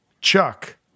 Chuck